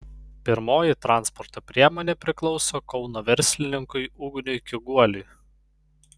pirmoji transporto priemonė priklauso kauno verslininkui ugniui kiguoliui